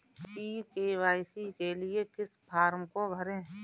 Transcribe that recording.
ई KYC के लिए किस फ्रॉम को भरें?